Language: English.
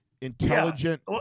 intelligent